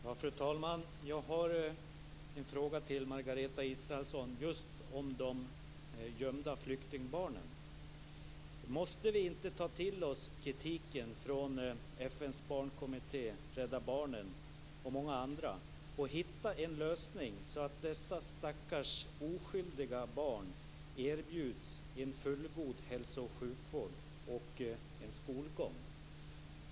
Fru talman! Jag har en fråga till Margareta Israelsson om de gömda flyktingbarnen. Måste vi inte ta till oss kritiken från FN:s barnkommitté, Rädda Barnen och många andra och hitta en lösning så att dessa stackars oskyldiga barn erbjuds en fullgod hälso och sjukvård och skolgång?